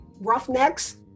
roughnecks